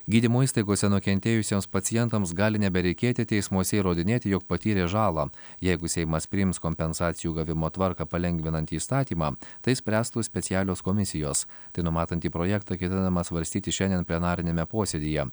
gydymo įstaigose nukentėjusiems pacientams gali nebereikėti teismuose įrodinėti jog patyrė žalą jeigu seimas priims kompensacijų gavimo tvarką palengvinantį įstatymą tai spręstų specialios komisijos tai numatantį projektą ketinama svarstyti šiandien plenariniame posėdyje